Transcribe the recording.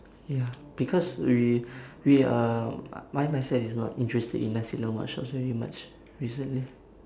ya because we we uh I my myself is not interested in nasi lemak shops very much recently